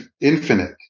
Infinite